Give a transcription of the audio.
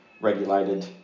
regulated